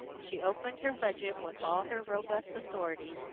she opened her budget with all her robust authority,